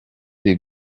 des